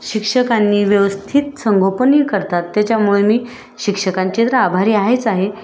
शिक्षकांनी व्यवस्थित संगोपनही करतात त्याच्यामुळे मी शिक्षकांचे तर आभारी आहेच आहे